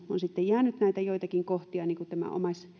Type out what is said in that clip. on sitten jäänyt näitä joitakin kohtia niin kuin tämä